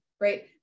right